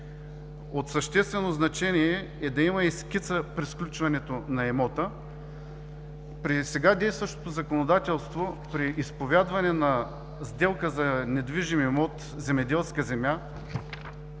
От съществено значение е да има и скица при сключването на договора. При сега действащото законодателство при изповядване на сделка за недвижим имот - земеделска земя,